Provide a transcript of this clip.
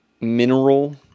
mineral